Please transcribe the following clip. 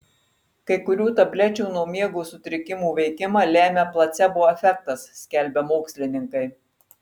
kai kurių tablečių nuo miego sutrikimų veikimą lemią placebo efektas skelbia mokslininkai